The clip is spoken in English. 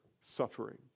suffering